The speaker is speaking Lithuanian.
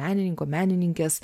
menininko menininkės